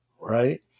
right